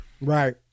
Right